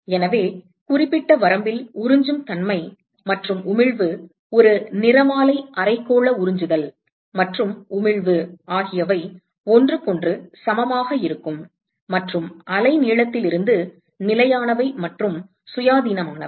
எனவே குறிப்பிட்ட வரம்பில் உறிஞ்சும் தன்மை மற்றும் உமிழ்வு ஒரு நிறமாலை அரைக்கோள உறிஞ்சுதல் மற்றும் உமிழ்வு ஆகியவை ஒன்றுக்கொன்று சமமாக இருக்கும் மற்றும் அலைநீளத்திலிருந்து நிலையானவை மற்றும் சுயாதீனமானவை